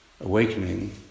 awakening